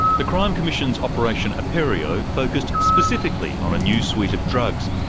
the crime commissions operation aperio focused specifically on a new suite of drugs,